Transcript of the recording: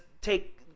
take